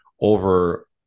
over